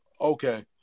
Okay